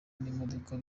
n’imodoka